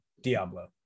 diablo